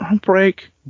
Break